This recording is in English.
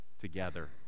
together